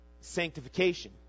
sanctification